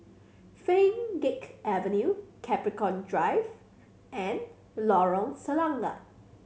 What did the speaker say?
Pheng Geck Avenue Capricorn Drive and Lorong Selangat